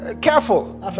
careful